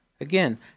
Again